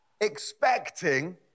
expecting